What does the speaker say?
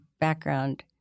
background